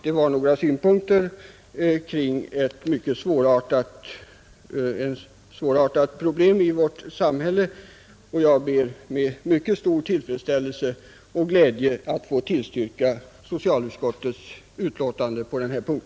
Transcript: Det var några synpunkter kring ett mycket svårartat problem i vårt samhälle. Jag ber med mycket stor glädje och tillfredsställelse att få tillstyrka utskottets hemställan på denna punkt.